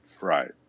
Right